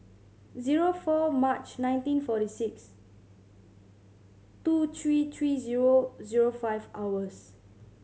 zero four March nineteen forty six two three three zero zero five hours